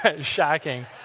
Shocking